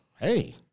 Hey